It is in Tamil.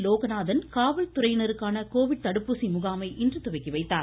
லோகநாதன் காவல் துறையினருக்கான கோவிட் தடுப்பூசி முகாமை இன்று துவக்கிவைத்தார்